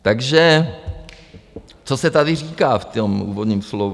Takže co se tady říká v tom úvodním slovu?